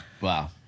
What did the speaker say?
Wow